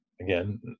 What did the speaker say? again